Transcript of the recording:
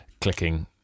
clicking